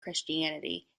christianity